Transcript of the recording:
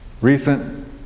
recent